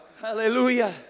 Hallelujah